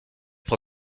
pour